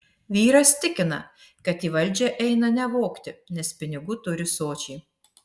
vyras tikina kad į valdžią eina ne vogti nes pinigų turi sočiai